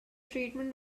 treatment